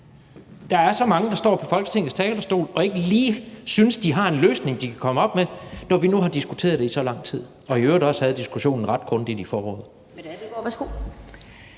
der er så mange, der står på Folketingets talerstol og ikke lige synes, at de har en løsning, de kan komme op med, når vi nu har diskuteret det i så lang tid og i øvrigt også havde diskussionen ret grundigt i foråret.